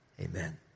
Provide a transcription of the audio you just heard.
Amen